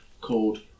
called